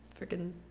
freaking